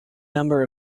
number